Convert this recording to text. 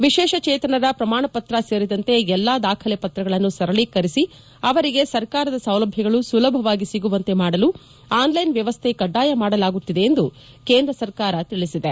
ವಿಶೇಷಚೇತನರ ಪ್ರಮಾಣಪತ್ರ ಸೇರಿದಂತೆ ಎಲ್ಲಾ ದಾಖಲೆ ಪತ್ರಗಳನ್ನು ಸರಳೀಕರಿಸಿ ಅವರಿಗೆ ಸರ್ಕಾರದ ಸೌಲಭ್ಯಗಳು ಸುಲಭವಾಗಿ ಸಿಗುವಂತೆ ಮಾಡಲು ಆನ್ಲೈನ್ ವ್ಯವಸ್ಥೆ ಕಡ್ಡಾಯ ಮಾಡಲಾಗುತ್ತಿದೆ ಎಂದು ಕೇಂದ್ರ ಸರ್ಕಾರ ತಿಳಿಸಿದೆ